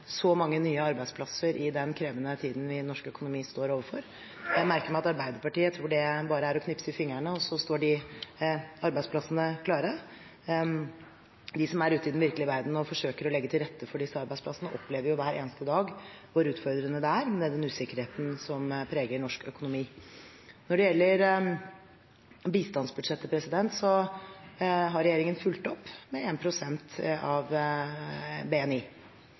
mange nye arbeidsplasser, i den krevende tiden vi står overfor i norsk økonomi. Jeg merker meg at Arbeiderpartiet tror det bare er å knipse i fingrene, og så står de arbeidsplassene klare. De som er ute i den virkelige verden og forsøker å legge til rette for disse arbeidsplassene, opplever hver eneste dag hvor utfordrende det er, med den usikkerheten som preger norsk økonomi. Når det gjelder bistandsbudsjettet, har regjeringen fulgt opp med 1 pst. av BNI.